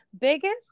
Biggest